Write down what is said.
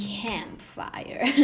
campfire